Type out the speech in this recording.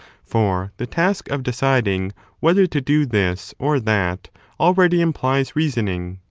for the task of deciding whether to do this or that already implies reasoning.